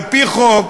על-פי חוק,